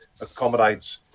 accommodates